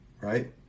right